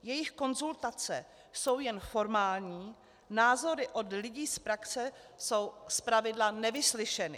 Jejich konzultace jsou jen formální, názory od lidí z praxe jsou zpravidla nevyslyšeny.